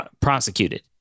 prosecuted